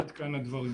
עד כאן הדברים.